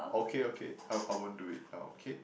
okay okay I I won't do it now okay